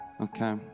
Okay